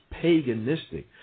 paganistic